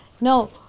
No